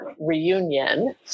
reunion